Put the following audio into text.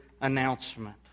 announcement